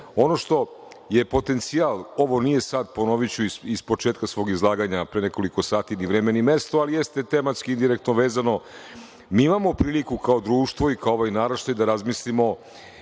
što je potencijal, ovo nije sada, ponoviću sa početka svog izlaganja od pre nekoliko sati, ni vreme ni mesto, ali jeste tematski indirektno vezano, imamo priliku kao društvo i kao ovaj naraštaj da razmislimo